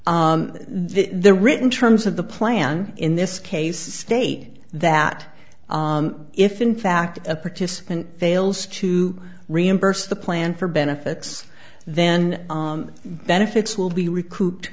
their written terms of the plan in this case stated that if in fact a participant fails to reimburse the plan for benefits then benefits will be recouped